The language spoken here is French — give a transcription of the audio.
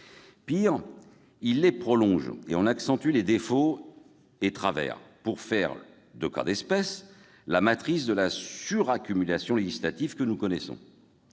qu'il les prolonge et en accentue les défauts et travers, pour faire de cas d'espèce la matrice de la suraccumulation législative que nous connaissons.